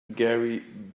gary